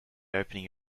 opening